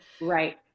Right